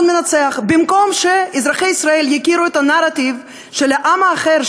במקום שאזרחי ישראל יכירו את הנרטיב של העם האחר,